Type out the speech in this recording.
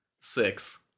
Six